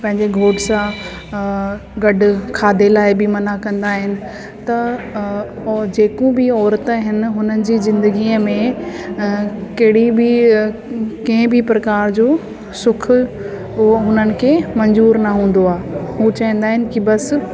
पंहिंजे घोट सां खाधे लाइ बि मना कंदा आहिनि त अ जेकियूं बि औरतें हिन हुननि जी ज़िंदगीअ में अ कहिड़ी बि कंहिं बि प्रकार जो सुख उहो हुन इ खे मंज़ूरु न हूंदो आहे हू चवंदा आहिनि की बसि